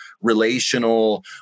relational